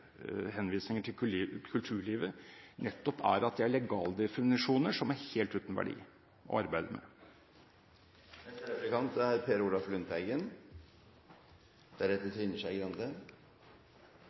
henvisninger til kulturlivet, nettopp er at det er legaldefinisjoner som er helt uten verdi å arbeide med. Det gjelder forslag til ny § 111 i Grunnloven om levestandard og helsehjelp – det er